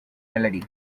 melody